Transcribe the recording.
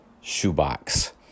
shoebox